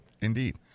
Indeed